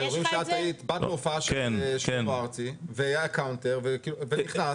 באירועים שאת היית באת להופעה של שלמה ארצי והיה קאונטר ונכנסת,